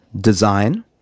design